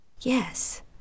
Yes